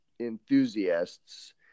enthusiasts